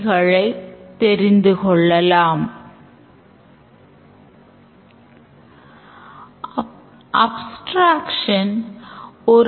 எனவே user மீண்டும் சரியான தொகையை உள்ளிடுகிறார்